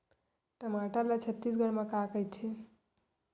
टमाटर ला छत्तीसगढ़ी मा का कइथे?